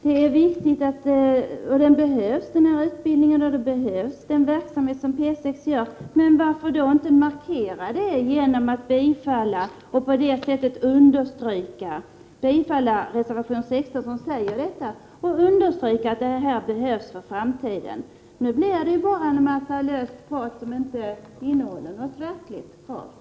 Den utbildning och den verksamhet i övrigt som bedrivs vid P 6 behövs för framtiden. Varför då inte markera det genom att biträda reservation 16? Nu blir det bara ett massa löst prat som inte innehåller något verkligt krav.